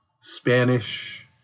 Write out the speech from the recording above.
Spanish